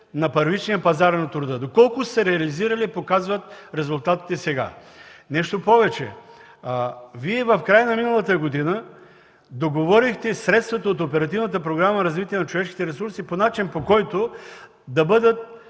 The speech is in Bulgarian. на първичния пазар на труда. Доколко са се реализирали, показват резултатите сега. Нещо повече. В края на миналата година договорихте средствата от Оперативната програма